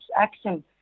action